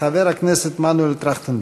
חבר הכנסת מנואל טרכטנברג.